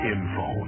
Info